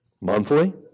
monthly